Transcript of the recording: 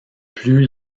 plus